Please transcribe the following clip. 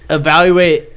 evaluate